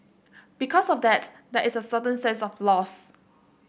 because of that there is a certain sense of loss